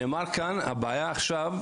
נאמר כאן, הבעיה עכשיו,